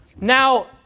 Now